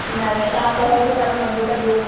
न न तव्हां ॾह रुपिए ॾाढो माहंगो था ॾियो